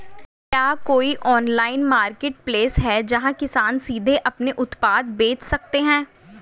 क्या कोई online marketplace है जहां किसान सीधे अपने उत्पाद बेच सकते हैं?